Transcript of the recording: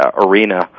arena